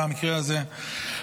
במקרה הזה,